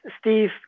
Steve